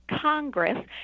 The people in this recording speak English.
Congress